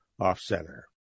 Off-Center